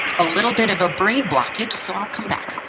a little bit of a brain blockage, so i will come back?